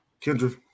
Kendrick